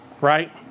right